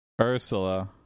Ursula